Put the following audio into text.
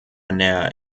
näher